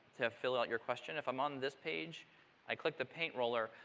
to fill out your question if i'm on this page i click the paint roller.